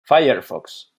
firefox